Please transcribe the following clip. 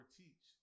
teach